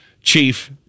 Chief